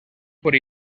por